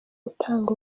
utanga